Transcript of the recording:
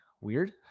weird